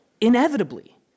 inevitably